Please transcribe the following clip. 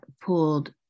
pulled